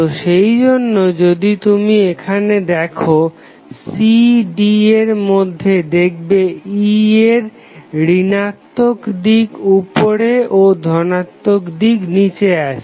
তো সেই জন্য যদি তুমি এখানে দেখো c d এর মধ্যে দেখবে E এর ঋণাত্মক দিক উপরে ও ধনাত্মক দিক নিচে আছে